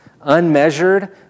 unmeasured